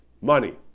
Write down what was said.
money